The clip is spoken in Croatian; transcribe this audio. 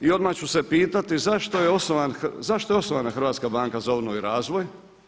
I odmah ću se pitati zašto je osnovana Hrvatska banka za obnovu i razvoj?